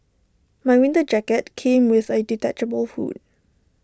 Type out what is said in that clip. my winter jacket came with A detachable hood